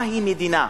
מהי מדינה.